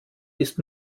ist